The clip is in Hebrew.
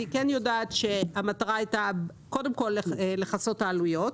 אני כן יודעת שהמטרה הייתה קודם כל לכסות את העלויות.